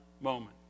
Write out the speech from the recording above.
moment